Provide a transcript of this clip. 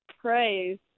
praise